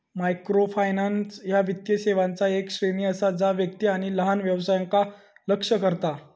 microfinance ह्या वित्तीय सेवांचा येक श्रेणी असा जा व्यक्ती आणि लहान व्यवसायांका लक्ष्य करता